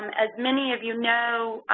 um as many of you know,